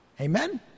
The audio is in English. Amen